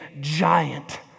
giant